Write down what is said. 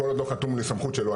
כל עוד לא חתום לי סמכות שלו,